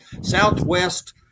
Southwest